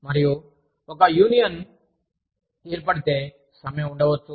మరియు ఒక యూనియన్ ఏర్పడితే సమ్మె ఉండవచ్చు